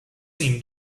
seem